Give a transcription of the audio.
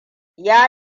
ya